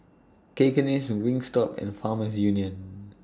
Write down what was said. Cakenis Wingstop and Farmers Union